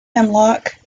hemlock